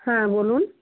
হ্যাঁ বলুন